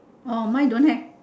orh mine don't have